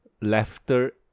laughter